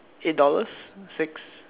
eight dollars six